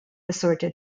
assorted